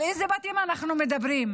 על איזה בתים אנחנו מדברים?